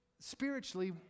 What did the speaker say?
spiritually